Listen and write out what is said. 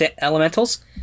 elementals